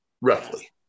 roughly